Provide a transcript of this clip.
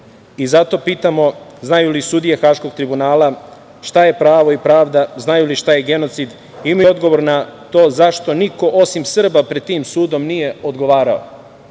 bilo. Zato pitamo, znaju li sudije Haškog tribunala šta je pravo i pravda, znaju li šta je genocid? Imaju li odgovor na to zašto niko osim Srba pred tim sudom nije odgovarao? Ova